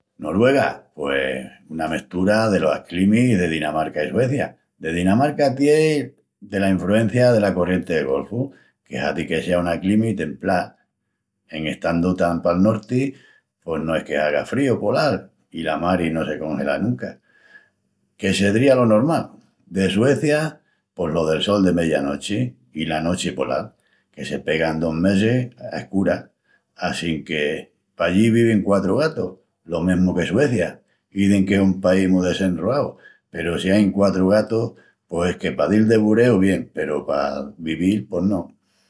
Noruega pos es una mestura delas climis de Dinamarca i de Suecia. De Dinamarca tien dela infrugencia dela corrienti del golfu que hazi que sea una climi templá. En estandu tan pal norti pos no es que haga un fríu polal i la mari no se congela nunca, que sedría lo normal. De Suecia pos lo del sol de meyanochi i la nochi polal, que se pegan dos mesis a escuras. Assínque pallí vivin quatru gatus. Lo mesmu que Suecia, izin qu'es un país mu desenroau peru si ain quatru gatus pos es que pa dil de bureu bien peru pa vivil... pos no.